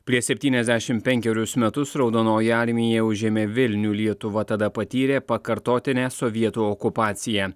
prieš septyniasdešim penkerius metus raudonoji armija užėmė vilnių lietuva tada patyrė pakartotinę sovietų okupaciją